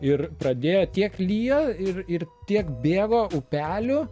ir pradėjo tiek lijo ir ir tiek bėgo upelių